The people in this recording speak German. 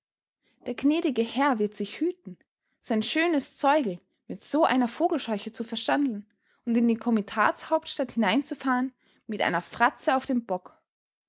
der gnädige herr wird sich hüten sein schönes zeugel mit so einer vogelscheuche zu verschandeln und in die komitatshauptstadt hineinzufahren mit einer fratze auf dem bock